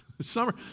Summer